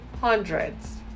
hundreds